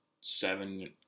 seven